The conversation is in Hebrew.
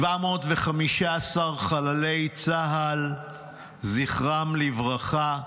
715 חללי צה"ל זכרם לברכה,